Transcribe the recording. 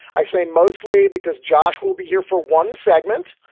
i say mostly because josh will be here for one segment.